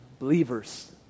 Believers